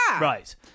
Right